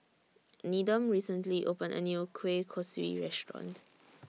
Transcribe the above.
Needham recently opened A New Kueh Kosui Restaurant